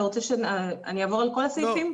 אתה רוצה שאני אעבור על כל הסעיפים?